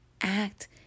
act